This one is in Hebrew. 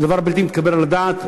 זה דבר בלתי מתקבל על הדעת,